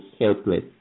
helpless